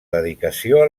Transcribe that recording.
dedicació